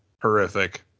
horrific